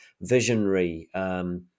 visionary